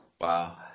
Wow